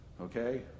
Okay